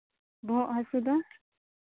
ᱵᱚᱦᱚᱜ ᱦᱟᱹᱥᱩ ᱫᱚ